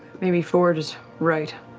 maybe fjord is right.